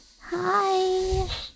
hi